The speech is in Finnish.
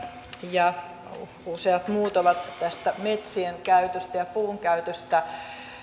ja useat muut ovat tästä metsien käytöstä ja puun käytöstä